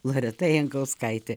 loreta jankauskaitė